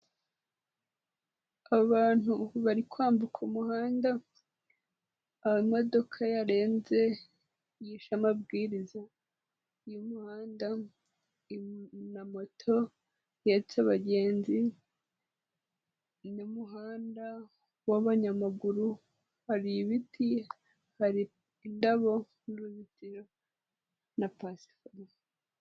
Abantu bari kwambuka umuhanda hari imodoka yarenze yishe amabwiriza y'umuhanda, na moto ihetse abagenzi n'umuhanda w'abanyamaguru, hari ibiti, hari indabo n'uruzitiro na pasiparumu.